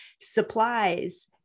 supplies